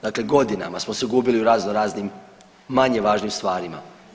Dakle, godinama smo se gubili u razno raznim manje važnim stvarima.